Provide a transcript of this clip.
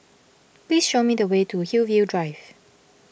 please show me the way to Hillview Drive